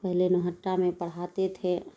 پہلے نوہٹا میں پڑھاتے تھے